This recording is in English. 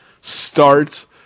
starts